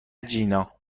جینا